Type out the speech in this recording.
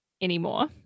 anymore